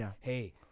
hey